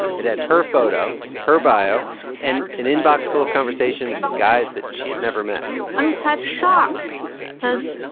it had her photo, her bio and an inbox full of conversations with guys that she had never met i'm quite shocked because